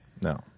No